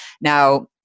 Now